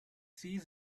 sea